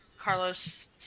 Carlos